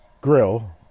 grill